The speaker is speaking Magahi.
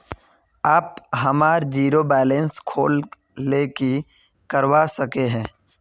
आप हमार जीरो बैलेंस खोल ले की करवा सके है?